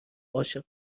عاشق